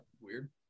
Weird